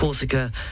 Corsica